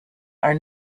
are